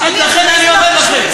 אז לכן אני אומר לכם,